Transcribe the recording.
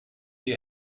you